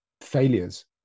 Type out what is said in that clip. failures